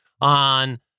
on